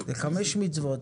זה חמש מצוות.